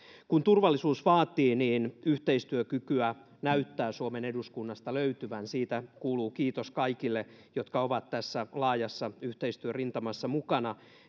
kun turvallisuus vaatii niin yhteistyökykyä näyttää suomen eduskunnasta löytyvän siitä kuuluu kiitos kaikille jotka ovat tässä laajassa yhteistyörintamassa mukana